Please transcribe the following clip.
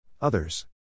Others